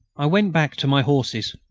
i went back to my horses.